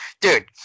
dude